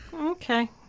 Okay